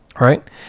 Right